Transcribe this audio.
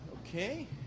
Okay